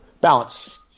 balance